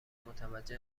متوجه